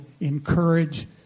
encourage